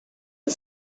the